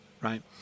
right